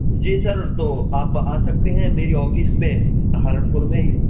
جی sir تو آپ آ سکتے ہیں میری آفس میں سہارنپور میں ہی